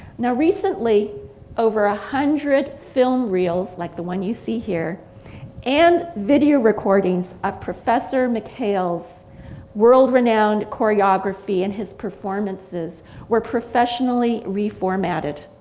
now recently over a hundred film reels like the one you see here and video recordings of professor mckayle's world-renowned choreography and his performances were professionally reformatted.